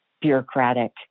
bureaucratic